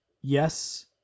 yes